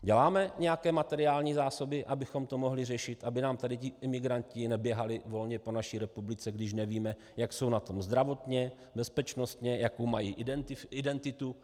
Děláme nějaké materiální zásoby, abychom to mohli řešit, aby nám tady imigranti neběhali volně po naší republice, když nevíme, jak jsou na tom zdravotně, bezpečnostně, jakou mají identitu?